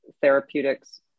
therapeutics